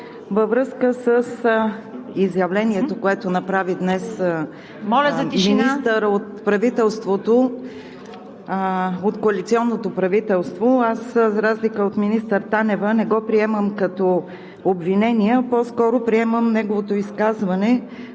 Във връзка с изявлението, което направи днес министър от коалиционното правителство, за разлика от министър Танева аз не го приемам като обвинение, а по-скоро приемам неговото изказване